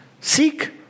Seek